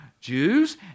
Jews